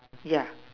yeah